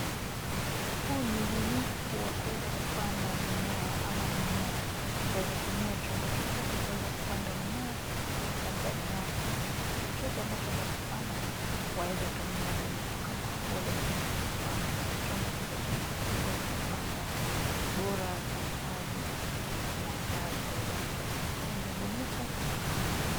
Huu ni ubunifu wa kuweza kupanda mimea ama mmea, waeza tumia chombo chochote kuweza kupanda mmea, labda nyasi, chochote ambacho wataka kupanda, waeza tumia ubunifu kama huu waeza tumia chupa, ama chombo chochote, kuweza kupanda, bora kuna maji na kuna, mwangaza yaweza kutumika huu ni ubunifu.